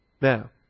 Now